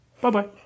Bye-bye